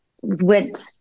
went